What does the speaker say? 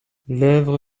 l’œuvre